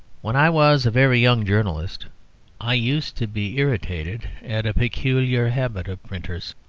when i was a very young journalist i used to be irritated at a peculiar habit of printers,